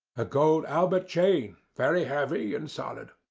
ah gold albert chain, very heavy and solid.